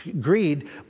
greed